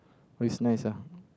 it was nice lah